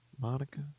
Monica